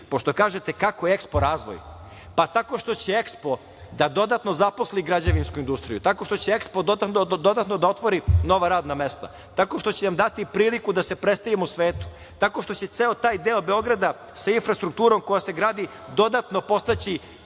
pošto kažete kako je EKSPO razvoj, pa tako što će EKSPO da dodatno zaposli građevinsku industriju, tako što će EKSPO dodatno da otvori nova radna mesta, tako što će nam dati priliku da se predstavimo u svetu, tako što će ceo taj deo Beograda sa infrastrukturom koja se gradi dodatno podstaći